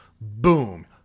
Boom